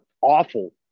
awful